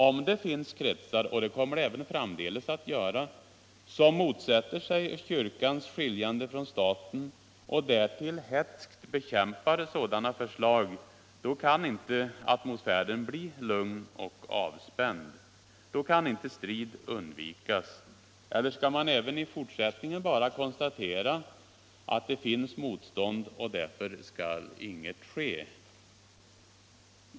Om det finns kretsar — och det kommer det även framdeles att göra — som motsätter sig kyrkans skiljande från staten och därtill hätskt bekämpar sådana förslag, då kan inte atmosfären bli lugn och avspänd. Då kan inte strid undvikas. Eller skall man även i fortsättningen bara konstatera att det finns motstånd och därför skall inget ske?